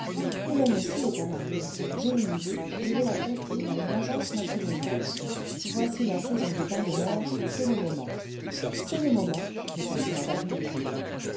hélène aussi est à marier j'ai une idée je vais la confier à une agence matrimoniale voici la saison des bains de mer c'est le moment en aero yacht c'est le moment répondit mme ponto